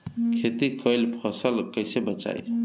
खेती कईल फसल कैसे बचाई?